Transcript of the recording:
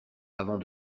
avant